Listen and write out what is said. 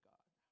God